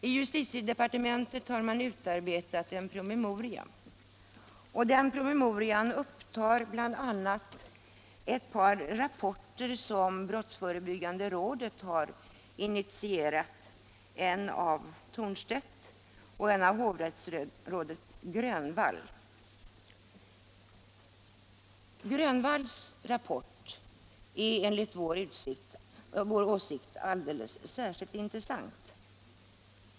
I justitiedepartementet har man utarbetat en promemoria och den promemorian upptar bl.a. ett par rapporter som brottsförebyggande rådet har initierat; en av professor Thornstedt och en av hovrättsrådet Grönvall Grönvalls rapport är enligt vår åsikt alldeles särskilt intressant.